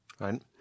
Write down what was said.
Right